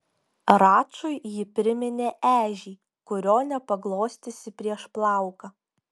račui ji priminė ežį kurio nepaglostysi prieš plauką